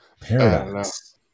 Paradox